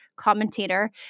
Commentator